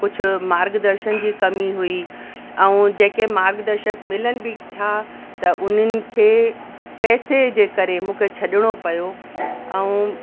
कुझु मार्गदर्शन जी कमी हुई ऐं जेके मार्गदर्शक मिलनि बि था त उन्हनि खे पैसे जे करे मूंखे छॾिणो पयो ऐं